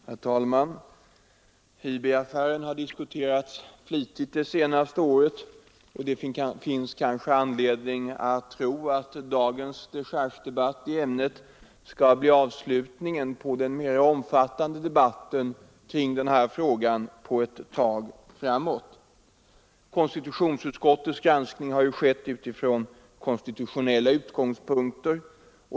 Herr talman! IB-affären har flitigt diskuterats det senaste året, och det finns kanske anledning att tro att dagens dechargedebatt i ämnet skall bli avslutningen på den mera omfattande debatten kring frågan ett tag framåt. Konstitutionsutskottets granskning har skett från konstitutionella utgångspunkter.